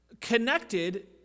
connected